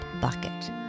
bucket